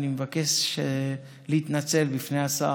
אני מבקש להתנצל בפני השר.